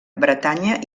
bretanya